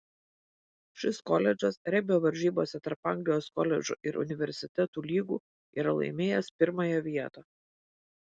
šis koledžas regbio varžybose tarp anglijos koledžų ir universitetų lygų yra laimėjęs pirmąją vietą